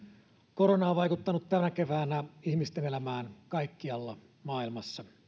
korona on vaikuttanut tänä keväänä ihmisten elämään kaikkialla maailmassa